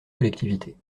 collectivités